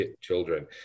children